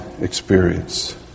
experience